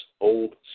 Old